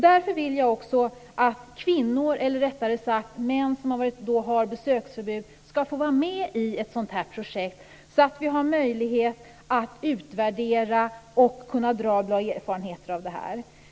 Därför vill jag också att kvinnor, eller rättare sagt män som har besöksförbud, ska få vara med i ett sådant här projekt så att vi har möjlighet att utvärdera och kunna dra erfarenheter av detta.